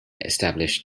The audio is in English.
established